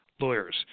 lawyers